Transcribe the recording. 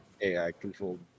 AI-controlled